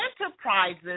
enterprises